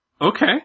Okay